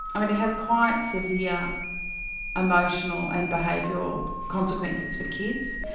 i mean it has quite severe emotional and behavioural consequences for kids,